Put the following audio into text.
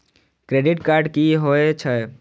Credit card की होय छै?